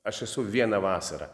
aš esu vieną vasarą